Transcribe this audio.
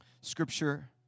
scripture